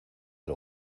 del